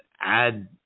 add